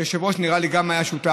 היושב-ראש, נראה לי, גם היה שותף.